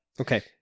okay